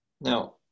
Now